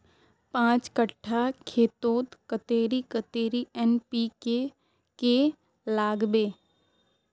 पाँच कट्ठा खेतोत कतेरी कतेरी एन.पी.के के लागबे?